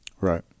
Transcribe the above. Right